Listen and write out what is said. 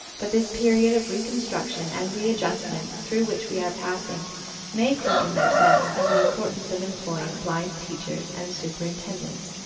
but this period of reconstruction and readjustment through which we are passing may quicken their sense of the importance of employing blind teachers and superintendents,